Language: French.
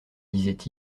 disait